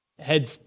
head